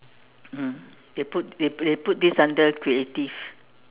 ah they put they they put this under creative